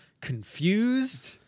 confused